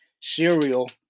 cereal